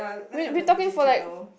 we we talking for like